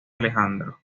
alejandro